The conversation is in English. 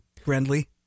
friendly